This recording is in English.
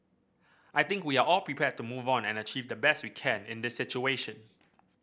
I think we are all prepared to move on and achieve the best we can in this situation